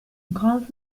graves